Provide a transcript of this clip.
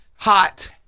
Hot